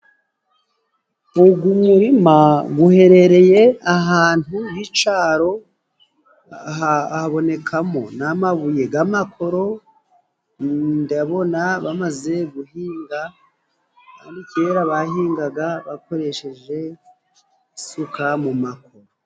Ugwu murima guherereye ahantu h'icaro habonekamo n'amabuye g'amakoro, ndabona bamaze guhinga, kera bahingaga bakoresheje isuka mu makoro.